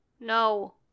No